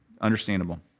Understandable